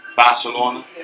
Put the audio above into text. Barcelona